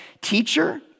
teacher